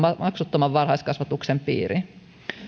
maksuttoman varhaiskasvatuksen piiriin